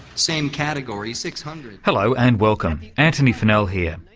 same category, six hundred. hello, and welcome. antony funnell here.